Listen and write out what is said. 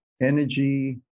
energy